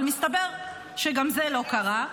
אבל מסתבר שגם זה לא קרה.